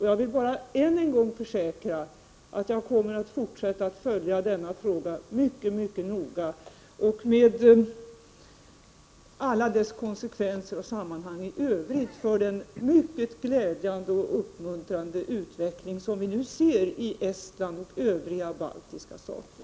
Jag vill än en gång försäkra att jag kommer att fortsätta att mycket mycket noga följa denna fråga, med alla de konsekvenser och sammanhang i övrigt som den har med den mycket glädjande och uppmuntrande utveckling som vi nu ser i Estland och övriga baltiska stater.